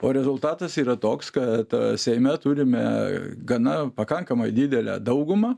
o rezultatas yra toks kad seime turime gana pakankamai didelę daugumą